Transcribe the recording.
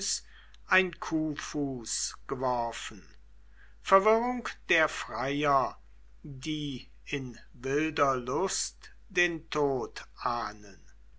ein kuhfuß geworfen verwirrung der freier die in wilder lust den tod ahnden